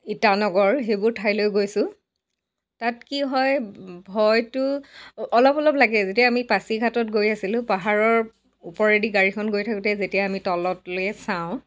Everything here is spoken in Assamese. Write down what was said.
ইটানগৰ সেইবোৰ ঠাইলৈ গৈছোঁ তাত কি হয় ভয়টো অলপ অলপ লাগে যেতিয়া আমি পাছিঘাটত গৈ আছিলোঁ পাহাৰৰ ওপৰেদি গাড়ীখন গৈ থাকোঁতে যেতিয়া আমি তললৈ চাওঁ